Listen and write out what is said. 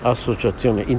Associazione